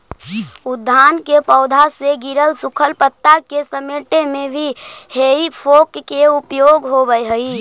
उद्यान के पौधा से गिरल सूखल पता के समेटे में भी हेइ फोक के उपयोग होवऽ हई